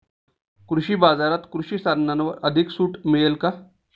कृषी बाजारात कृषी साधनांवर अधिक सूट मिळेल का?